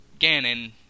Ganon